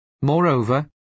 Moreover